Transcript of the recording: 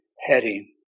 heading